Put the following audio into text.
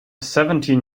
seventeen